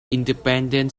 independent